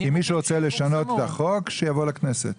כי מי שרוצה לשנות את החוק - שיבוא לכנסת.